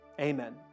amen